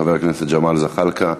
חבר הכנסת ג'מאל זחאלקה.